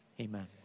Amen